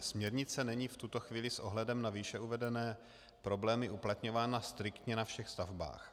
Směrnice není v tuto chvíli s ohledem na výše uvedené problémy uplatňována striktně na všech stavbách.